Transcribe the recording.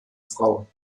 frau